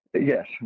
Yes